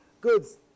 goods